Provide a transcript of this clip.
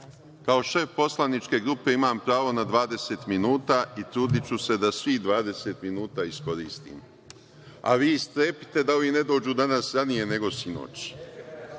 kao šef poslaničke grupe, imam pravo na 20 minuta i trudiću se da svih 20 minuta iskoristim, a vi strepite da ovi ne dođu danas ranije nego